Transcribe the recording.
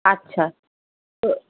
আচ্ছা ত